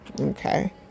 Okay